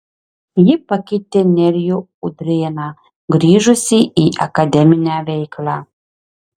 ji pakeitė nerijų udrėną grįžusį į akademinę veiklą